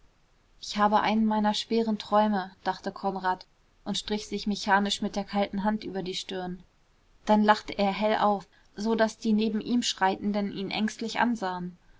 ich habe einen meiner schweren träume dachte konrad und strich sich mechanisch mit der kalten hand über die stirn dann lachte er hell auf so daß die neben ihm schreitenden ihn ängstlich ansahen